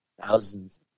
thousands